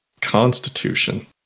Constitution